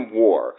war